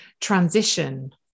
transition